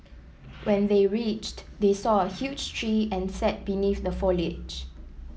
when they reached they saw a huge tree and sat beneath the foliage